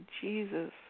Jesus